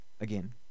Again